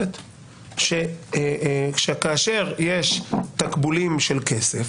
כאשר אני מייצר לך קלות יחסית